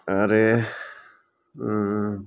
आरो ओम